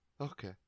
okay